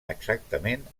exactament